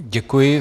Děkuji.